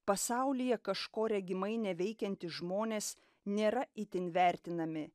pasaulyje kažko regimai neveikiantys žmonės nėra itin vertinami